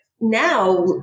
now